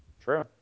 True